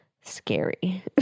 scary